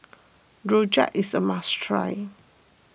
Rojak is a must try